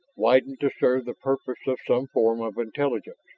widened to serve the purpose of some form of intelligence!